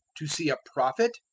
to see a prophet?